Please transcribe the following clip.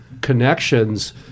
connections